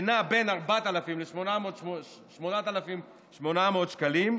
שנע בין 4,000 ל-8,800 שקלים,